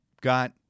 got